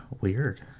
Weird